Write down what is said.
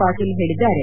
ಪಾಟೀಲ್ ಹೇಳಿದ್ದಾರೆ